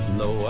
no